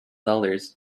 dollars